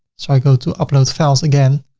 so i go to upload files again,